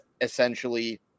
essentially